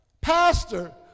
Pastor